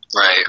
Right